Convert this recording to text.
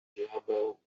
diabeł